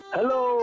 Hello